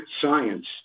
science